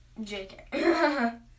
JK